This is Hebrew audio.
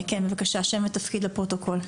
כן בבקשה, שם ותפקיד לפרוטוקול.